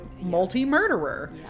multi-murderer